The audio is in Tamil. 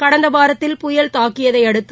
கடந்த வாரத்தில் புயல் தாக்கியதை அடுத்து